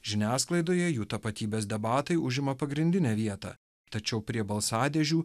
žiniasklaidoje jų tapatybės debatai užima pagrindinę vietą tačiau prie balsadėžių